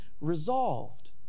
resolved